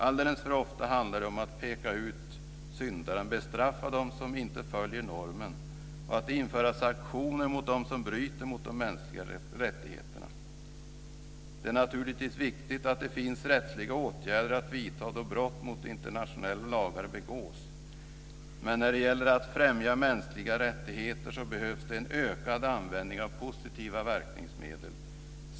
Alldeles för ofta har det handlat om att peka ut syndaren, bestraffa dem som inte följer normen och att införa sanktioner mot dem som bryter mot de mänskliga rättigheterna. Det är naturligtvis viktigt att det finns rättsliga åtgärder att vidta då brott mot internationella lagar begås, men när det gäller att främja mänskliga rättigheter behövs det en ökad användning av positiva verkningsmedel.